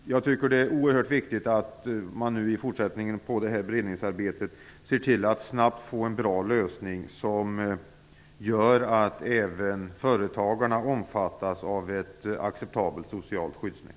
Jag tycker att det är oerhört viktigt att man i fortsättningen i beredningsarbetet snabbt får en bra lösning, som gör att även företagarna omfattas av ett acceptabelt socialt skyddsnät.